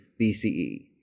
BCE